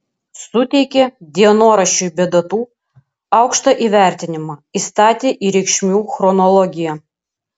suteikė dienoraščiui be datų aukštą įvertinimą įstatė į reikšmių chronologiją